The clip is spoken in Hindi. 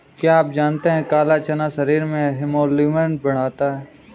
क्या आप जानते है काला चना शरीर में हीमोग्लोबिन बढ़ाता है?